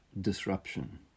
disruption